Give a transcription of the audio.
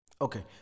Okay